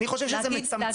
אני חושב שזה מצמצם.